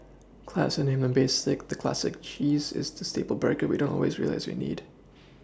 classier name than basic the Classic cheese is the staple burger we don't always realise we need